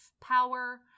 power